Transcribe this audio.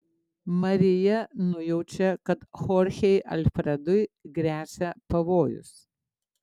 marija nujaučia kad chorchei alfredui gresia pavojus